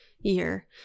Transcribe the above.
year